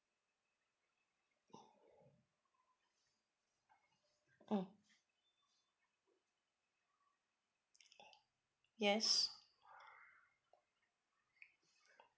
mm yes